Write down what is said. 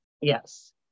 Yes